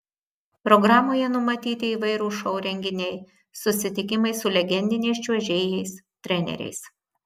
programoje numatyti įvairūs šou renginiai susitikimai su legendiniais čiuožėjais treneriais